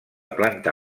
planta